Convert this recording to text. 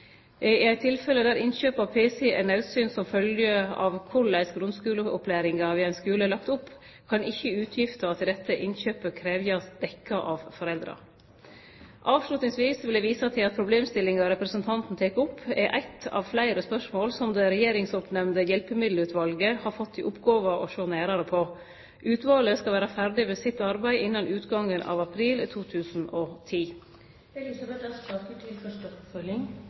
I eit tilfelle der innkjøp av pc er naudsynt som følgje av korleis grunnskuleopplæringa ved ein skule er lagd opp, kan ikkje utgifta til dette innkjøpet krevjast dekt av foreldra. Til slutt vil eg vise til at problemstillinga representanten tek opp, er eit av fleire spørsmål som Hjelpemiddelutvalet, som er nedsett av Regjeringa, har fått i oppgåve å sjå nærare på. Utvalet skal vere ferdig med sitt arbeid innan utgangen av april 2010.